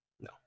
No